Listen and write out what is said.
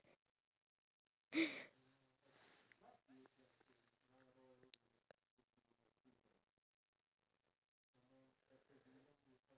because you're I think like your mindset is that oh if I show her that side of me then she'll probably be scared but honestly in all matter of fact like